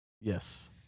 Yes